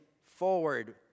forward